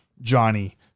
Johnny